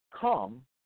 come